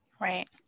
Right